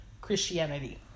Christianity